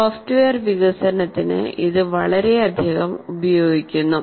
software വികസനത്തിന് ഇത് വളരെയധികം ഉപയോഗിക്കുന്നു